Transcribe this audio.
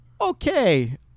okay